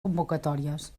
convocatòries